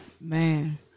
man